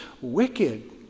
Wicked